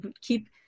keep